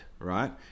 right